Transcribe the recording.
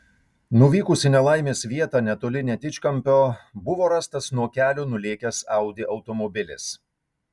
nuvykus į nelaimės vietą netoli netičkampio buvo rastas nuo kelio nulėkęs audi automobilis